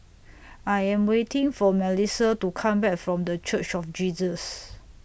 I Am waiting For Melisa to Come Back from The Church of Jesus